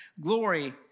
glory